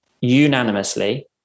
unanimously